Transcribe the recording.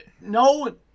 no